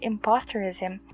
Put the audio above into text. imposterism